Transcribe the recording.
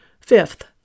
Fifth